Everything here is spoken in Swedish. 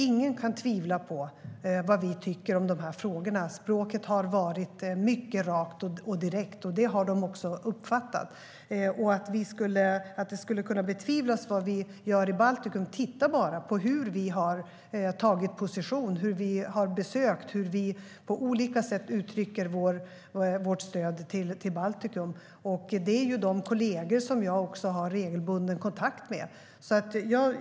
Ingen kan tvivla på vad vi tycker i de här frågorna. Språket har varit mycket rakt och direkt. Det har Ryssland också uppfattat. Att det vi gör i Baltikum skulle kunna betvivlas känns märkligt. Titta bara på hur vi har tagit position, hur vi har besökt, hur vi på olika sätt uttrycker vårt stöd till Baltikum! Det är de kolleger som jag har regelbunden kontakt med.